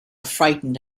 frightened